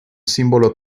símbolo